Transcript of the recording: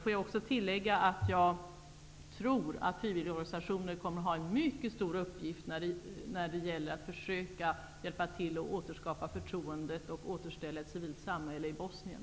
Får jag också tillägga att jag tror att frivilligorganisationerna kommer att ha en mycket stor uppgift när det gäller att försöka hjälpa till att återskapa förtroendet och återställa ett civilt samhälle i Bosnien.